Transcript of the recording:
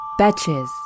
Betches